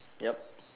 yup